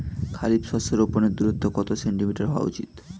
খারিফ শস্য রোপনের দূরত্ব কত সেন্টিমিটার হওয়া উচিৎ?